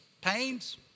pains